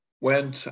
went